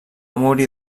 morir